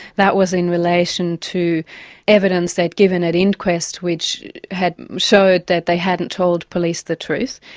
that was in relation to evidence that given that inquest which had showed that they hadn't told police the truth.